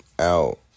out